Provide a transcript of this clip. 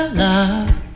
love